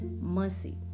mercy